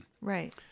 Right